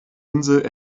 insel